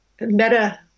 meta